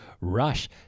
Rush